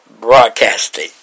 broadcasting